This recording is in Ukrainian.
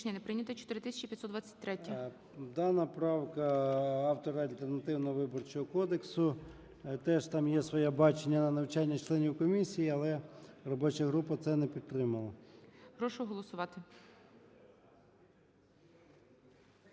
Дана правка автора альтернативного Виборчого кодексу. Теж там є своє бачення на навчання членів комісії, але робоча група це не підтримала.